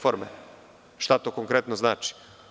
Šta to konkretno znači?